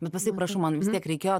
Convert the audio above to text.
bet paskui prašau man vis tiek reikėjo